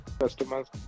customers